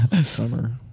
Summer